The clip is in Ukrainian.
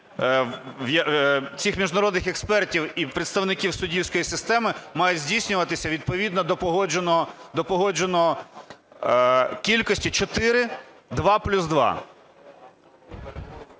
цих міжнародних експертів і представників суддівської системи мають здійснюватися відповідно до погодженої кількості 4: 2